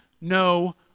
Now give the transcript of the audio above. no